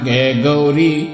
Gauri